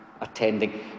attending